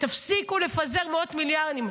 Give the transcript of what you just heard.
תפסיקו לפזר מאות מיליארדים.